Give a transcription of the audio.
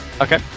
okay